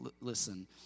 listen